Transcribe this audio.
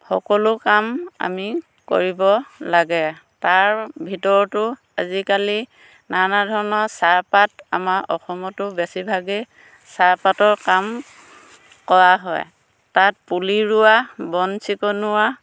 সকলো কাম আমি কৰিব লাগে তাৰ ভিতৰতো আজিকালি নানা ধৰণৰ চাহপাত আমাৰ অসমতো বেছি ভাগেই চাহপাতৰ কাম কৰা হয় তাত পুলি ৰোৱা বন চিকুণোৱা